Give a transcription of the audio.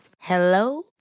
Hello